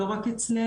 לא רק אצלנו.